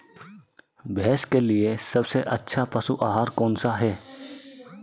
भैंस के लिए सबसे अच्छा पशु आहार कौनसा है?